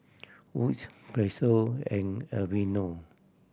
Wood's Pezzo and Aveeno